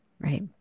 Right